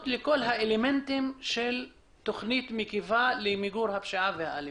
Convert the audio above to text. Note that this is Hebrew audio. לכל האלמנטים של תכנית מקיפה למיגור הפשיעה והאלימות.